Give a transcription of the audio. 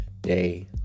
day